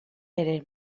ere